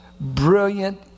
brilliant